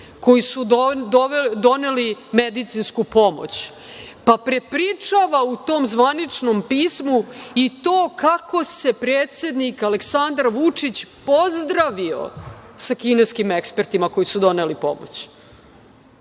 koji su doneli medicinsku pomoć, pa prepričava u tom zvaničnom pismu i to kako se predsednik Aleksandar Vučić pozdravio sa kineskim ekspertima koji su doneli pomoć.